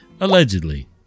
allegedly